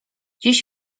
dziś